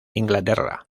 inglaterra